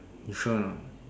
you sure or not